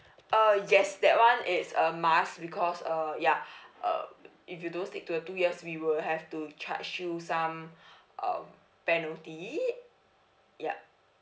uh yes that [one] is a must because uh ya um if you don't stick to the two years we will have to charge you some um penalty yup